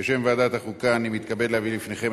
בשם ועדת החוקה אני מתכבד להביא בפניכם